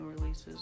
releases